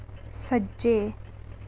सज्जै